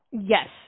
Yes